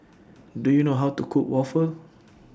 Do YOU know How to Cook Waffle